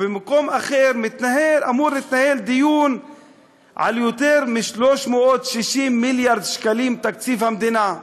ובמקום אחר אמור להתנהל דיון על יותר מ-360 מיליארד שקלים תקציב המדינה.